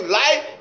life